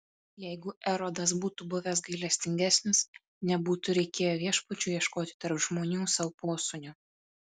jeigu erodas būtų buvęs gailestingesnis nebūtų reikėję viešpačiui ieškoti tarp žmonių sau posūnio